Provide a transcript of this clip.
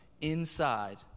inside